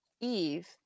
Eve